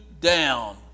down